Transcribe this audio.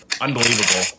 unbelievable